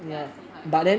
ya see how is it